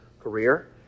career